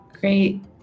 great